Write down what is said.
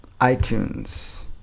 iTunes